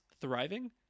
thriving